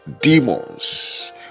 demons